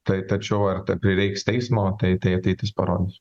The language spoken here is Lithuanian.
tai tačiau ar prireiks teismo tai tai ateitis parodys